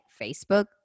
Facebook